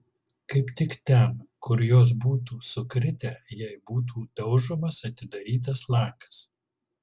kaip tik ten kur jos būtų sukritę jei būtų daužomas atidarytas langas